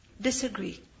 disagree